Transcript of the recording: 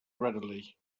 readily